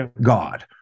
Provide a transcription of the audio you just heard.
God